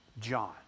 John